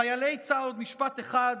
עוד משפט אחד.